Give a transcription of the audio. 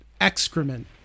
excrement